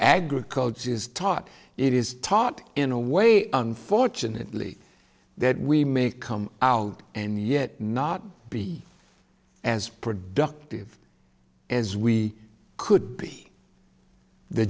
agriculture is taught it is taught in a way unfortunately that we may come out and yet not be as productive as we could be the